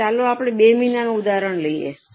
હવે ચાલો આપણે 2 મહિનાનો ઉદાહરણ લઈએ